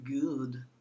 good